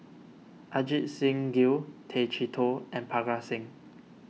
Ajit Singh Gill Tay Chee Toh and Parga Singh